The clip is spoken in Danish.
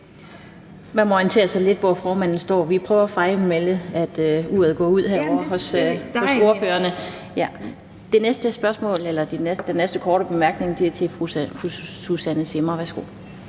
Man må orientere sig lidt om, om formanden står op. Vi prøver at fejlmelde, at uret er gået ud herovre hos ordførerne. Den næste korte bemærkning er til fru Susanne Zimmer. Værsgo.